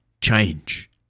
Change